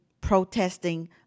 protesting